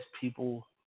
people